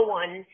one